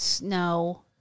no